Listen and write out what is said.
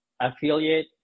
affiliate